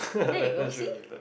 there you go see